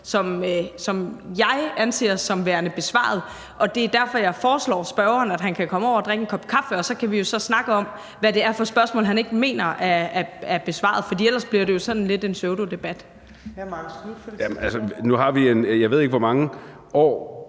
som jeg anser som værende besvaret, og det er derfor, jeg foreslår spørgeren, at han kan komme over og drikke en kop kaffe, og så kan vi jo så snakke om, hvad det er for spørgsmål, han ikke mener er blevet besvaret, for ellers bliver det jo lidt en pseudodebat. Kl. 15:36 Fjerde næstformand